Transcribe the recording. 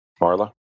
Marla